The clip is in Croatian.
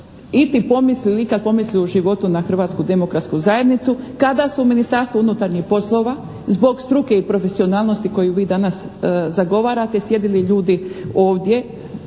iti i ikad pomislili u životu na Hrvatsku demokratsku zajednicu, kada su u Ministarstvu unutarnjih poslova zbog struke i profesionalnosti koju vi danas zagovarate sjedili ljudi ovdje